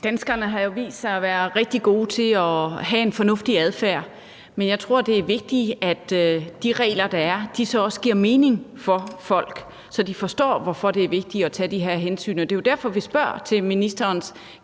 Danskerne har jo vist sig at være rigtig gode til at have en fornuftig adfærd, men jeg tror, det er vigtigt, at de regler, der er, også giver mening for folk, så de forstår, hvorfor det er vigtigt at tage de her hensyn. Og det er jo derfor, vi spørger til ministerens